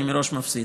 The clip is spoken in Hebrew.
אני מראש מפסיד.